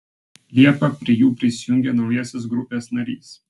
liepą prie jų prisijungė naujasis grupės narys